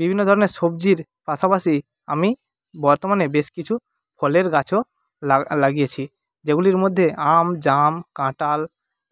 বিভিন্ন ধরনের সবজির পাশাপাশি আমি বর্তমানে বেশ কিছু ফলের গাছও লাগিয়েছি যেগুলির মধ্যে আম জাম কাঁঠাল